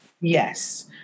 Yes